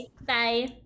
bye